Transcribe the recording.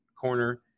corner